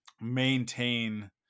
maintain